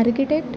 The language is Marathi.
आर्किटेक्ट